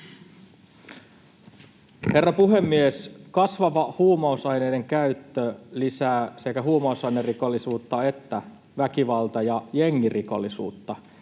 Herra puhemies! Kasvava huumausaineiden käyttö lisää sekä huumausainerikollisuutta että väkivalta- ja jengirikollisuutta.